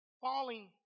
Falling